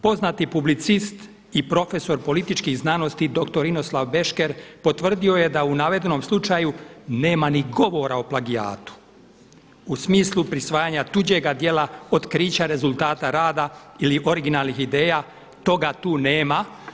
Poznati publicist i profesor političkih znanosti doktor Inoslav Bešker, potvrdio je da u navedenom slučaju nema ni govora o plagijatu u smislu prisvajanja tuđega djela, otkrića rezultata rada ili originalnih ideja, toga tu nema.